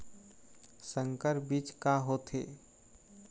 संकर बीज का होथे?